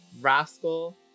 rascal